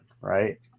right